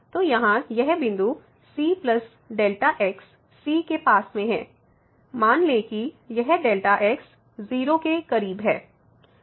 तो यहाँ यह बिंदु c Δ x c के पास में है मान लें कि यह Δ x 0 के करीब है